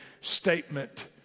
statement